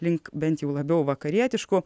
link bent jau labiau vakarietiškų